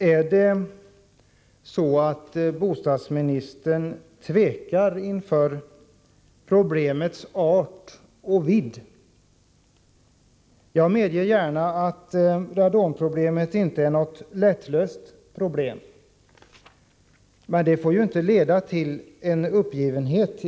Är det så att bostadsministern hyser tvekan med anledning av problemets art och vidd? Jag medger gärna att radonproblemet inte är lättlöst. Men att det rör sig om ett svårt problem får ju inte leda till uppgivenhet.